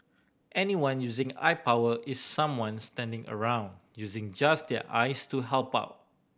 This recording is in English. anyone using eye power is someone standing around using just their eyes to help out